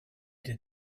did